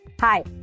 Hi